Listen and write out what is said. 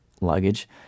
luggage